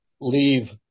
leave